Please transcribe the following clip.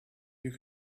you